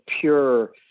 pure